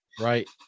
Right